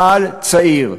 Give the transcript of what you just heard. צה"ל צעיר.